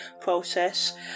process